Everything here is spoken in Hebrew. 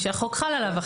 מי שהחוק חל עליו,